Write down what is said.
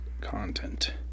content